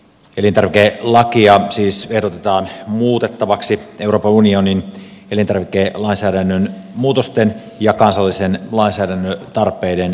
elintarvikelakia siis ehdotetaan muutettavaksi euroopan unionin elintarvikelainsäädännön muutosten ja kansallisen lainsäädännön tarpeiden vuoksi